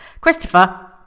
Christopher